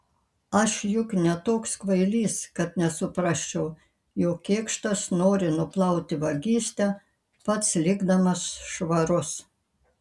aš juk ne toks kvailys kad nesuprasčiau jog kėkštas nori nuplauti vagystę pats likdamas švarus